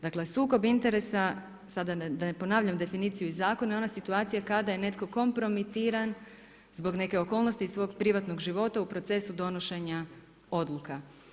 Dakle sukob interesa, sada da ne ponavljam definiciju iz zakona je ona situacija kada je netko kompromitiran zbog neke okolnosti iz svog privatnog života u procesu donošenja odluka.